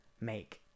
make